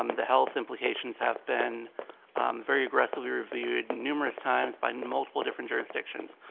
um the health implications have been very aggressively reviewed, numerous times by multiple different jurisdictions.